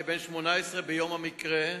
כבן 18 ביום המקרה,